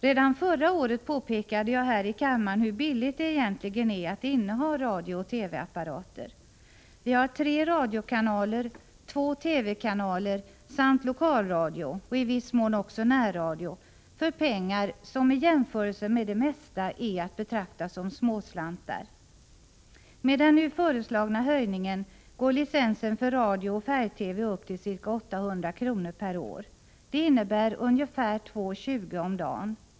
Redan förra året påpekade jag här i kammaren hur billigt det egentligen är att inneha radiooch TV-apparater. Vi har tre radiokanaler, två TV-kanaler samt lokalradio —i viss mån också närradio — för pengar som i jämförelse med det mesta är att betrakta som småslantar. Med den nu föreslagna höjningen går licensen för radio och färg-TV upp till ca 800 kr. per år. Det innebär ungefär 2:20 kr. om dagen.